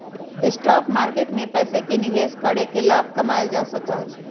stock market में पैसे के निवेश करके लाभ कमावल जा सका हई